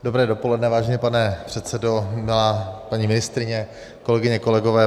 Dobré dopoledne, vážený pane předsedo, milá paní ministryně, kolegyně, kolegové.